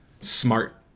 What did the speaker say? smart